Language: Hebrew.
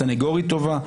סנגורית טובה,